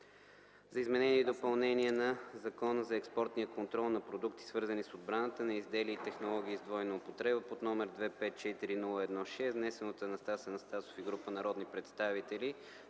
за изменение и допълнение на Закона за експортния контрол на продукти, свързани с отбраната, и на изделия и технологии с двойна употреба, № 254-01-6, внесен от Анастас Анастасов и група народни представители